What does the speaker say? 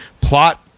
plot